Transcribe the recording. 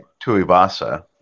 Tuivasa